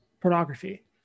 pornography